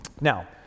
Now